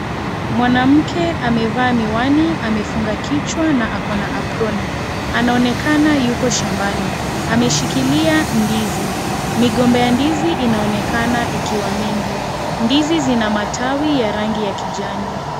Mwanamke amevaa miwani, amefunga kichwa na ako na aproni. Anaonekana yuko shambani. Ameshikilia ndizi, migomba ya ndizi inaonekana ikiwa mingi. Ndizi zina matawi ya rangi kijani.